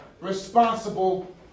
responsible